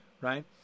right